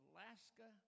Alaska